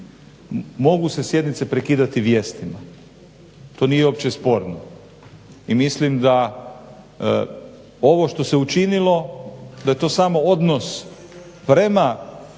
Mogu se sjednice prekidati vijestima, to nije uopće sporno. I mislim da ovo što se učinilo da je to samo odnos prema